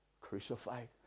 crucified